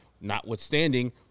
notwithstanding –